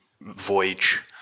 voyage